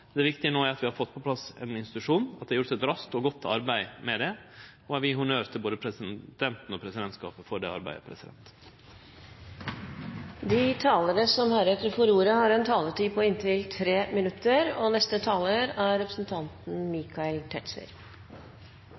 Det viktige no er at vi har fått på plass ein institusjon, og at det er gjort eit raskt og godt arbeid med det, og eg vil gje honnør til både presidenten og presidentskapet for det arbeidet. Det krever jo en liten forklaring å ta ordet i en sak som foreligger høystemt enstemmig fra presidentskapet. Vi merker også her på